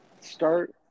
start